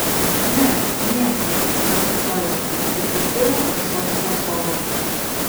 ne nieko pakartojau ir pasiėmiau ąsotį nuo stovo